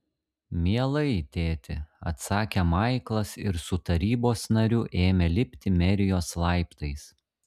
mielai tėti atsakė maiklas ir su tarybos nariu ėmė lipti merijos laiptais